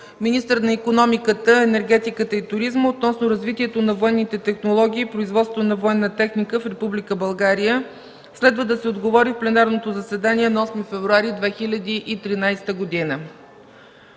министър на икономиката, енергетиката и туризма, относно развитието на военните технологии и производство на военна техника в Република България, следва да се отговори в пленарното заседание на 8 февруари 2013 г.;